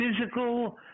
physical